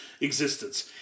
existence